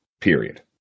period